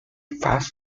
fast